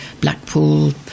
Blackpool